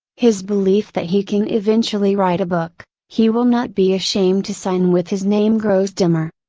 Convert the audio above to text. his belief that he can eventually write a book, he will not be ashamed to sign with his name grows dimmer.